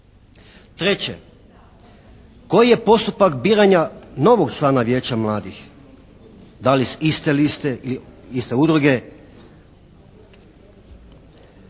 Treće, koji je postupak biranja novog člana Vijeća mladih, da li s iste liste ili iste udruge,